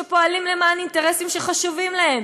שפועלות למען אינטרסים שחשובים לה,